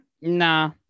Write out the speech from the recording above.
nah